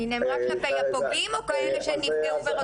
היא נאמרה כלפי הפוגעים או כלפי אלה שנפגעו?